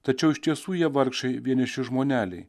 tačiau iš tiesų jie vargšai vieniši žmoneliai